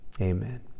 Amen